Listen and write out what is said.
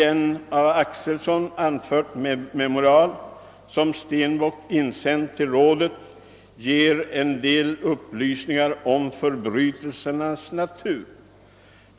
Ett av Axelson anfört memorial, som Stenbock insänt till rådet, ger en del upplysningar om förbrytelsernas natur.